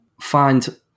find